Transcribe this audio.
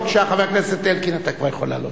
בבקשה, חבר הכנסת אלקין, אתה כבר יכול לעלות.